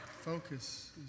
focus